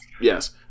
Yes